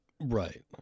Right